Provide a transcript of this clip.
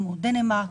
כמו דנמרק,